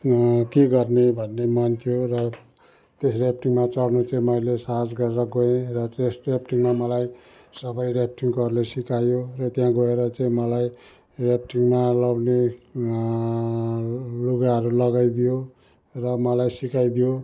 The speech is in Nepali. के गर्ने भन्ने मन थियो र त्यस राफ्टिङमा चढनु चाहिँ साहस गरेर गएँ र त्यस राफ्टिङमा मलाई सबै राफ्टिङकोहरूले सिकायो र त्यहाँ गएर चाहिँ मलाई राफ्टिङमा लाउने लुगाहरू लगाइदियो र मलाई सिकाइदियो